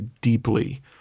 deeply